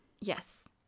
Yes